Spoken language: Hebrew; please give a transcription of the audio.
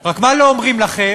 רק מה לא אומרים לכם?